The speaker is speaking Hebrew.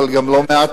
אבל גם לא מעט,